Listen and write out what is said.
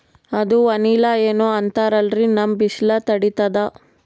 ಅದು ವನಿಲಾ ಏನೋ ಅಂತಾರಲ್ರೀ, ನಮ್ ಬಿಸಿಲ ತಡೀತದಾ?